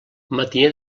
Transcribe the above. matiner